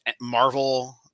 Marvel